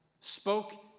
spoke